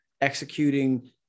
executing